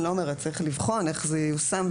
צריך לבחון איך זה ייושם,